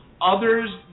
others